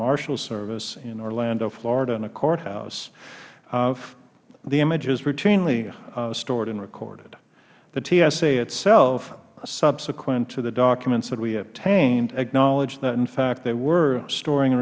marshal service in orlando florida in a courthouse the images are routinely stored and recorded the tsa itself subsequent to the documents that we obtained acknowledged that in fact they were storing a